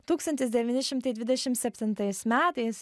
tūkstantis devyni šimtai dvidešim septintais metais